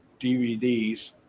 DVDs